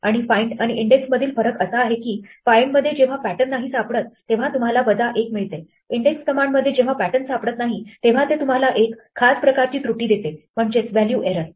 आणि find आणि index मधील फरक असा आहे की find मध्ये जेव्हा pattern नाही सापडत तेव्हा तुम्हाला वजा 1 मिळते index कमांड मध्ये जेव्हा pattern सापडत नाही तेव्हा ते तुम्हाला एक खास प्रकारची त्रुटी देते म्हणजेच व्हॅल्यू एरर